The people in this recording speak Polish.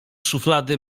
szuflady